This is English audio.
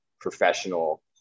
professional